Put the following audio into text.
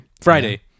Friday